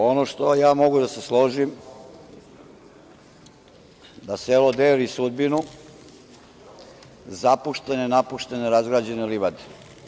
Ono što mogu da se složim da selo deli sudbinu zapuštene, napuštene, razgrađene livade.